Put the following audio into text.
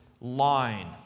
line